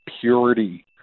purity